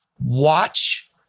watch